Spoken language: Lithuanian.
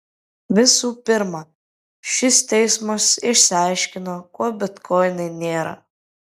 visų pirma šis teismas išaiškino kuo bitkoinai nėra